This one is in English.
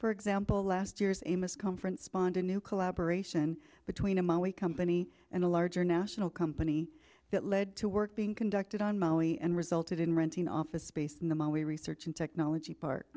for example last year's amos conference spondon new collaboration between a company and a larger national company that led to work being conducted on maui and resulted in renting office space in the my way research and technology par